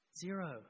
Zero